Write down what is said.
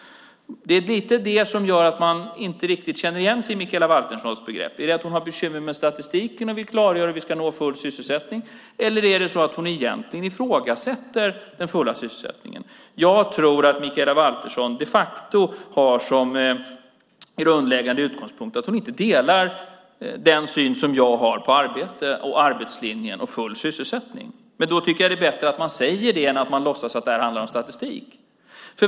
Det är lite det som gör att man inte riktigt känner igen sig i Mikaela Valterssons begrepp. Är det att hon har bekymmer med statistiken och vill klargöra hur vi ska nå full sysselsättning, eller är det egentligen så att hon ifrågasätter den fulla sysselsättningen? Jag tror att Mikaela Valtersson de facto har som grundläggande utgångspunkt att hon inte delar min syn på arbete, arbetslinjen och full sysselsättning. Men då tycker jag att det är bättre att hon säger det än att låtsas att detta handlar om statistik.